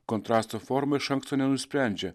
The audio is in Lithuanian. kontrasto forma iš anksto nenusprendžia